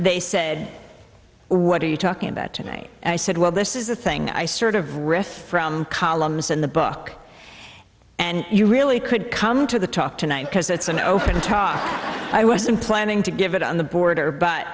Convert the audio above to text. they said what are you talking about to me and i said well this is the thing i sort of riff from columns in the book and you really could come to the talk tonight because it's an open top i wasn't planning to give it on the border but